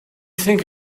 think